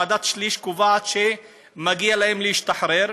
וועדת שליש קובעת שמגיע להם להשתחרר,